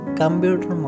computer